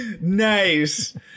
Nice